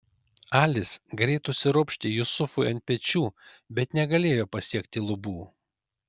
alis greit užsiropštė jusufui ant pečių bet negalėjo pasiekti lubų